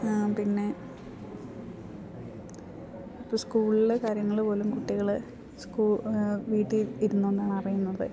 പിന്നെ ഇപ്പോൾ സ്കൂ ളിൽ കാര്യങ്ങൾ പോലും കുട്ടികൾ സ്കൂ വീട്ടിൽ ഇരുന്നോണ്ടാണ് അറിയുന്നത്